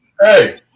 Hey